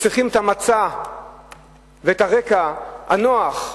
שצריכים את המצע ואת הרקע הנוח,